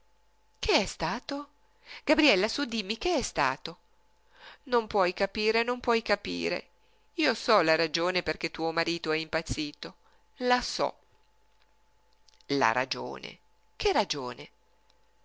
che è stato gabriella sú dimmi che è stato non puoi capire non puoi capire io so la ragione perché tuo marito è impazzito la so la ragione che ragione